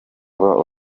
cyangwa